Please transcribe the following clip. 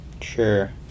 Sure